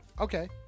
Okay